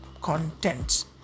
contents